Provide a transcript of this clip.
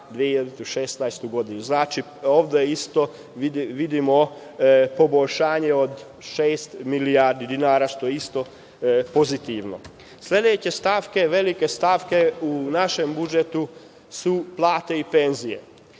2016. godinu. Znači, ovde isto vidimo poboljšanje od šest milijardi dinara, što je isto pozitivno. Sledeće stavke, velike stavke u našem budžetu su plate i penzije.